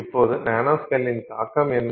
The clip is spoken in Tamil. இப்போது நானோஸ்கேலின் தாக்கம் என்ன